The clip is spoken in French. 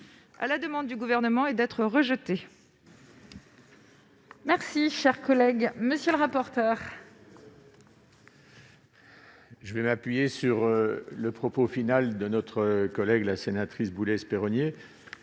à la demande du Gouvernement et d'être rejeté.